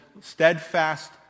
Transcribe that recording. steadfast